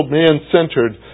man-centered